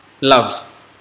love